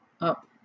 Up